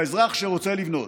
ובאזרח שרוצה לבנות.